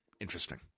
interesting